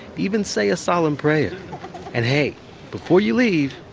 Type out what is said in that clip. even say a solemn prayer and hey before you leave,